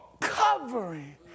covering